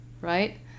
right